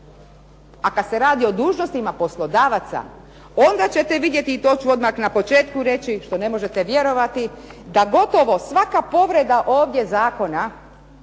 A kad se radi o dužnostima poslodavaca onda ćete vidjeti, i to ću odmah na početku reći što ne možete vjerovati, da gotovo svaka povreda ovdje zakona